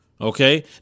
Okay